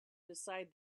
decide